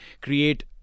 create